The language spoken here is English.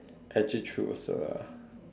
actually true also ah